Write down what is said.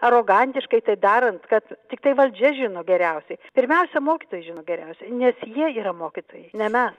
arogantiškai tai darant kad tiktai valdžia žino geriausiai pirmiausia mokytojai žino geriausiai nes jie yra mokytojai ne mes